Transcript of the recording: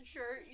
Sure